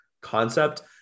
concept